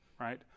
right